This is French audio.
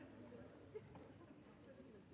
Merci